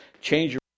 change